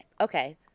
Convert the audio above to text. Okay